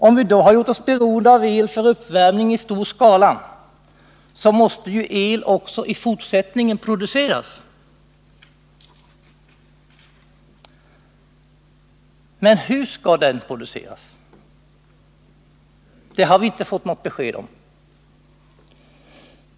Om vi då har gjort oss beroende av el för uppvärmning i stor skala, så måste ju el produceras också i fortsättningen. Men hur skall den produceras? Det har vi inte fått något besked om.